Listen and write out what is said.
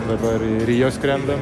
dabar į rio skrendam